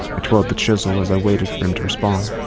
i twirled the chisel as i waited for him to respond.